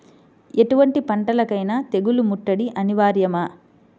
ఎటువంటి పంటలకైన తెగులు ముట్టడి అనివార్యమా?